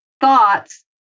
thoughts